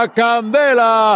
candela